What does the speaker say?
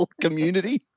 community